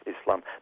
Islam